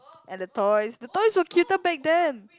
and the toys the toys were cuter back then